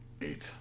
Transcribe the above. Eight